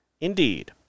Indeed